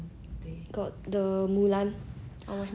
but 几时出来